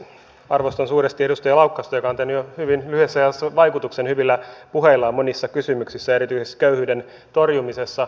arvostan suuresti edustaja laukkasta joka on tehnyt jo hyvin lyhyessä ajassa vaikutuksen hyvillä puheillaan monissa kysymyksissä ja erityisesti köyhyyden torjumisessa